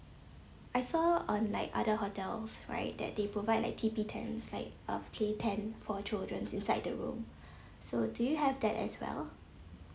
I saw on like other hotels right that they provide like teepee tents like a play tent for children inside the room so do you have that as well